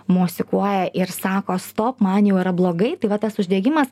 mosikuoja ir sako stop man jau yra blogai tai va tas uždegimas